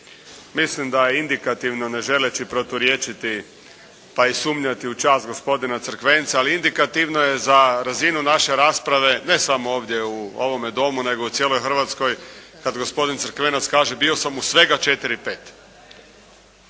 Mislim da indikativno ne želeći proturječiti pa i sumnjati u čast gospodina Crkvenca, ali indikativno je za razinu naše rasprave ne samo ovdje u ovome domu nego u cijeloj Hrvatskoj kad gospodin Crkvenac kaže bio sam u svega četiri,